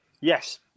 Yes